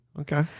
Okay